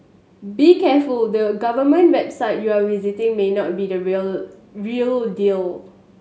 be careful the government website you are visiting may not be the real real deal